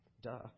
Duh